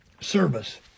service